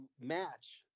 match